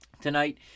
tonight